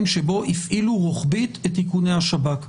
שבו הפעילו רוחבית את איכוני השב"כ.